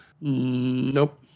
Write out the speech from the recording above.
Nope